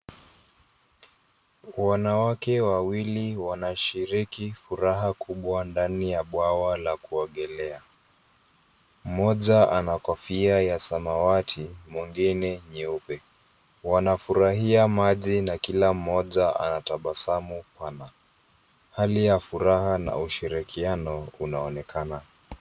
Wanawake wawili wanashiriki furaha kubwa ndani ya bwawa la kuogelea. Mmoja ana kofia ya samawati, mwingine nyeupe. Wanafurahia maji na kila mmoja anatabasamu sana. Hali ya furaha na ushirikiano unaonekana.